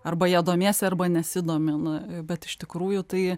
arba ja domiesi arba nesidomi na bet iš tikrųjų tai